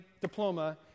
diploma